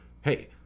hey